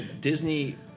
Disney